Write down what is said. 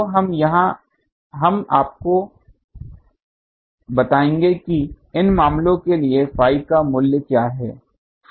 तो यहाँ हम आपको बताएंगे कि इन मामलों के लिए phi का मूल्य क्या है